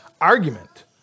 argument